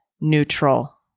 neutral